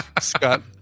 Scott